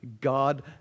God